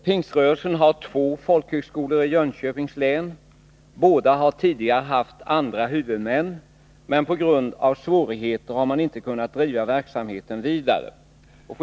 Pingströrelsen har två folkhögskolor i Jönköpings län. Båda har tidigare haft andra huvudmän, men på grund av svårigheter har man inte kunnat driva verksamheten vidare.